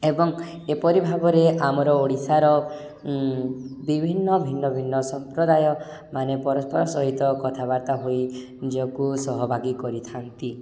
ଏବଂ ଏପରି ଭାବରେ ଆମର ଓଡ଼ିଶାର ବିଭିନ୍ନ ଭିନ୍ନ ଭିନ୍ନ ସମ୍ପ୍ରଦାୟ ମାନେ ପରସ୍ପର ସହିତ କଥାବାର୍ତ୍ତା ହୋଇ ନିଜକୁ ସହଭାଗୀ କରିଥାନ୍ତି